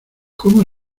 cómo